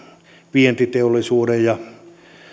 vientiteollisuuden ja